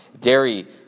dairy